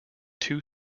two